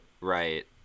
right